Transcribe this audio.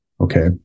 Okay